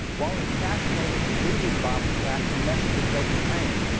while is fascinating to read these bible tracts and the messages they contain,